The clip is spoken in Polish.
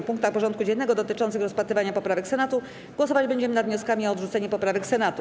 W punktach porządku dziennego dotyczących rozpatrywania poprawek Senatu głosować będziemy nad wnioskami o odrzucenie poprawek Senatu.